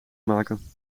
maken